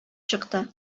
чыкты